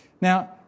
Now